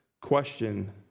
Question